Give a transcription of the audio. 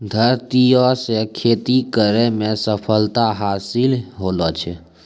धरतीये से खेती करै मे सफलता हासिल होलो छै